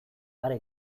are